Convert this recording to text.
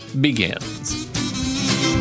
begins